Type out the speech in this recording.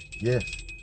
Yes